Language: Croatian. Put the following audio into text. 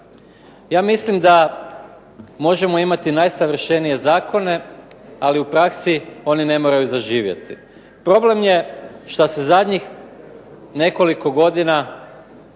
Ja mislim da možemo imati najsavršenije zakone ali u praksi oni ne moraju zaživjeti. Problem je što se zadnjih nekoliko godina